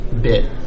bit